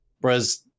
Whereas